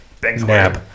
Bang